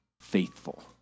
faithful